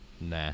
nah